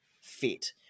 fit